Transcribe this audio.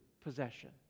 possession